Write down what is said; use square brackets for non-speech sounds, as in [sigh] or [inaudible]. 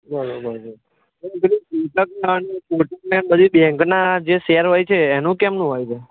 બરાબર છે પછી પેલું [unintelligible] કોટકના ને બધી બેન્કના જે શેર હોય છે એનું કેમનું હોય છે